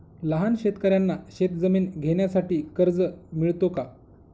लहान शेतकऱ्यांना शेतजमीन घेण्यासाठी कर्ज मिळतो का?